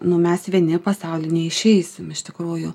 nu mes vieni į pasaulį neišeisim iš tikrųjų